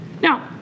Now